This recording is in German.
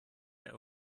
der